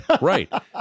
Right